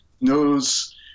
knows